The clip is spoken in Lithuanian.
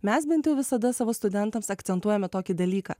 mes bent jau visada savo studentams akcentuojame tokį dalyką